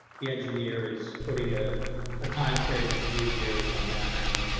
the engineer is putting a ah timeframe of three years on that, i mean,